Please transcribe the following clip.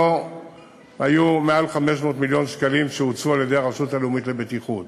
לא היו מעל 500 מיליון שקלים שהוצאו על-ידי הרשות הלאומית לבטיחות.